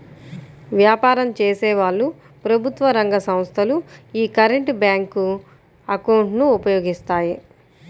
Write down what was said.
వ్యాపారం చేసేవాళ్ళు, ప్రభుత్వ రంగ సంస్ధలు యీ కరెంట్ బ్యేంకు అకౌంట్ ను ఉపయోగిస్తాయి